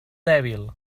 dèbil